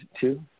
two